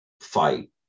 fight